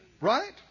right